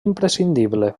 imprescindible